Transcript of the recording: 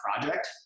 project